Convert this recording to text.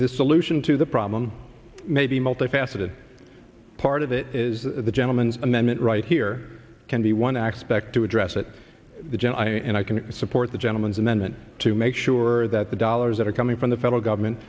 this solution to the problem may be multifaceted part of it is the gentlemen's amendment right here can be one xpect to address that the general and i can support the gentleman's amendment to make sure that the dollars that are coming from the federal government